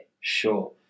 sure